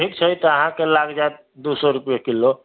ठीक छै तऽ अहाँके लागि जायत दू सए रुपैआ किलो